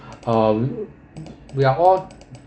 um we are all